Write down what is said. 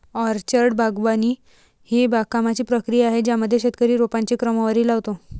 orchard बागवानी ही बागकामाची प्रक्रिया आहे ज्यामध्ये शेतकरी रोपांची क्रमवारी लावतो